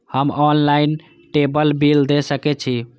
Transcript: हम online table bill दे सके छी?